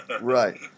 Right